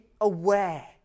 aware